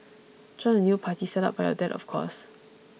join the new party set up by your dad of course